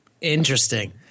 interesting